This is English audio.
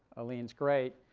alin's great.